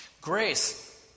Grace